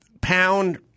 pound